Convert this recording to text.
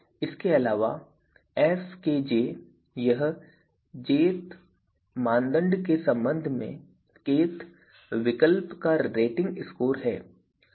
इसके अलावा fkj यह jth मानदंड के संबंध में kth विकल्प का रेटिंग स्कोर है